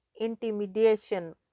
intimidation